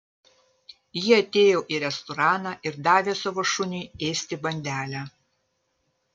ji atėjo į restoraną ir davė savo šuniui ėsti bandelę